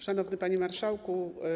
Szanowny Panie Marszałku!